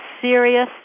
serious